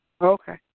Okay